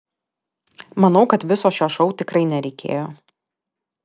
manau kad viso šio šou tikrai nereikėjo